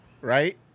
right